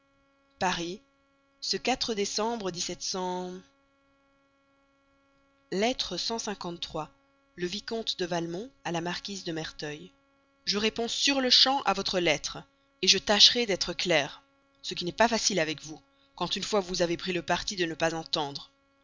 paris ce décembre lettre le vicomte de valmont à la marquise de merteuil je réponds sur-le-champ à votre lettre je tâcherai d'être clair ce qui n'est pas facile avec vous quand une fois vous avez pris le parti de ne pas entendre